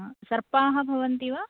सर्पाः भवन्ति वा